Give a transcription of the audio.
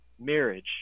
marriage